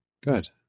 Good